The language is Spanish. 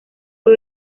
fue